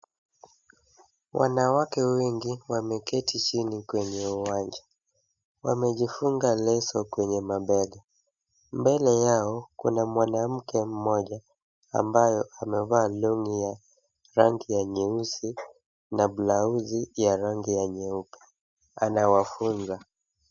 Wanawake wengi wameketi chini kwenye uwanja. Wamejifunga leso kwenye mabega. Mbele yao kuna mwanamke mmoja ambayo amevaa longi ya rangi ya nyeusi na blausi ya rangi ya nyeupe. Anawafunza.